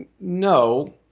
No